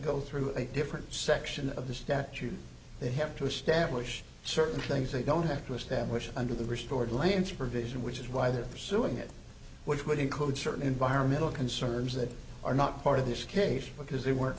go through a different section of the statute they have to establish certain things they don't have to establish under the restored land supervision which is why that pursuing it which would include certain environmental concerns that are not part of this case because they were